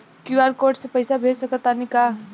QR code से पईसा भेज सक तानी का?